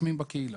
משקמים בקהילה.